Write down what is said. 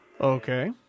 Okay